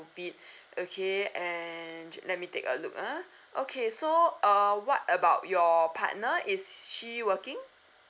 COVID okay and let me take a look uh okay so uh what about your partner is she working